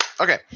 Okay